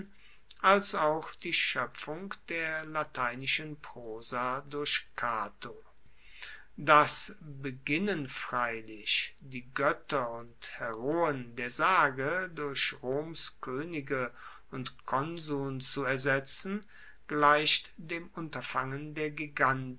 als auch die schoepfung der lateinischen prosa durch cato das beginnen freilich die goetter und heroen der sage durch roms koenige und konsuln zu ersetzen gleicht dem unterfangen der giganten